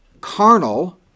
carnal